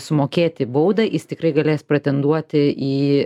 sumokėti baudą jis tikrai galės pretenduoti į